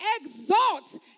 exalt